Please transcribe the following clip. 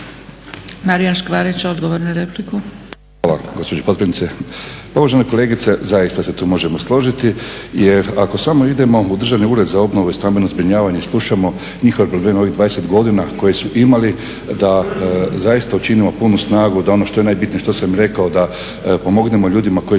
Marijan Škvarić, odgovor. **Škvarić, Marijan (HNS)** Hvala gospođo potpredsjednice. Pa uvažene kolegice zaista se tu možemo složiti jer ako samo idemo u Državni ured za obnovu i stambeno zbrinjavanje i slušamo njihove probleme ovih 20 godina koje su imali da zaista učinimo punu snagu da ono što je najbitnije što sam i rekao da pomognemo ljudima koji